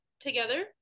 together